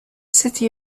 city